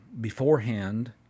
beforehand